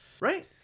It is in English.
Right